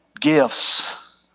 gifts